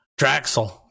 Draxel